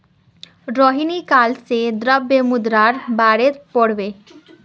रोहिणी काल से द्रव्य मुद्रार बारेत पढ़बे